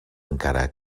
encara